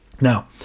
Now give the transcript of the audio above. Now